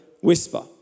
whisper